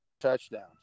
touchdowns